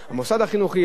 בתוך 21 יום,